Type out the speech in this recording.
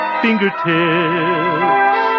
fingertips